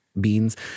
beans